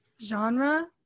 genre